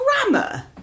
grammar